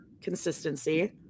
consistency